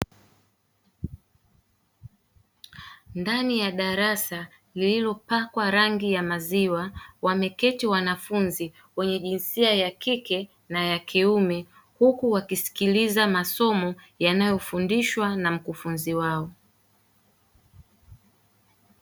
Ndani ya darasa lililopakwa rangi ya maziwa wameketi wanafunzi wenye jinsia ya kike na ya kiume, huku wakisikiliza masomo yanayofundishwa na mkufunzi wao.